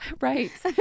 right